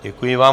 Děkuji vám.